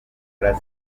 n’u